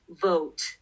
vote